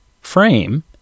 frame